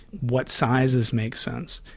what sizes make sense.